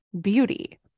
beauty